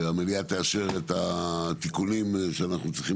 המליאה תאשר את התיקונים שאנחנו צריכים